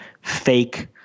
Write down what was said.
fake